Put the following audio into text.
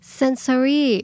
sensory